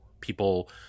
people